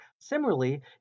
Similarly